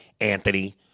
Anthony